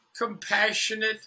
compassionate